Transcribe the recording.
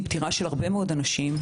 עם פטירה של הרבה מאוד אנשים,